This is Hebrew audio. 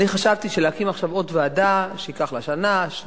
ואני חשבתי שלהקים עכשיו עוד ועדה שייקח לה שנה-שנתיים,